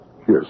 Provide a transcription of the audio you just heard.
Yes